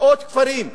מאות כפרים,